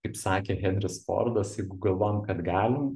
kaip sakė henris fordas jeigu galvojam kad galim